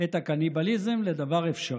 את הקניבליזם לדבר אפשרי.